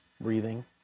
breathing